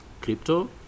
crypto